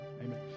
Amen